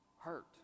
hurt